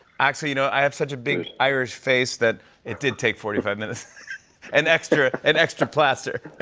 actually, you know, i have such a big irish face that it did take forty five minutes and extra and extra plaster.